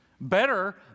Better